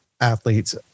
athletes